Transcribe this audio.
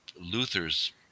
Luther's